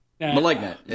Malignant